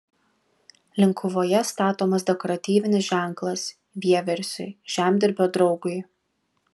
linkuvoje statomas dekoratyvinis ženklas vieversiui žemdirbio draugui